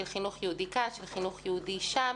של חינוך יהודי כאן, של חינוך יהודי שם,